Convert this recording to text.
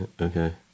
Okay